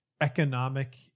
economic